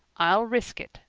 i'll risk it,